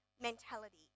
mentality